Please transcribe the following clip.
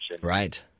Right